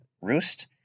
Roost